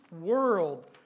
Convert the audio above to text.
world